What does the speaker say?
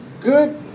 good